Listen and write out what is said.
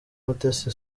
umutesi